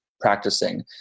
practicing